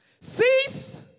cease